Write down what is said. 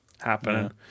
happening